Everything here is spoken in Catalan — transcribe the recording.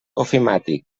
ofimàtic